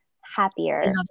happier